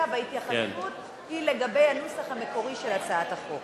וההתייחסות היא לגבי הנוסח המקורי של הצעת החוק.